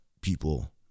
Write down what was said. people